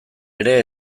ere